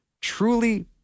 truly